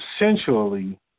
essentially